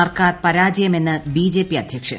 സർക്കാർ പരാജയ്മെന്ന് ബിജെപി അദ്ധ്യക്ഷൻ